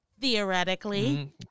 Theoretically